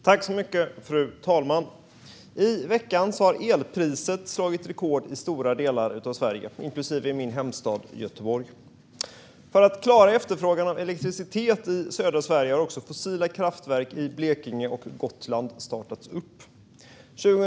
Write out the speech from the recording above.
Fru talman! I veckan har elpriset slagit rekord i stora delar av Sverige, inklusive min hemstad Göteborg. För att klara efterfrågan på elektricitet i södra Sverige har också fossila kraftverk i Blekinge och på Gotland startats upp.